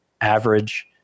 average